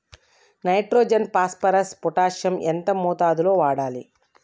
Nitrogen phosphorus potassium ఎంత మోతాదు లో వాడాలి?